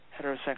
heterosexual